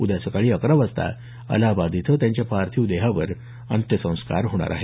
उद्या सकाळी अकरा वाजता अलाहाबाद इथं त्यांच्या पार्थीवावर अंत्यसंस्कार करण्यात येणार आहेत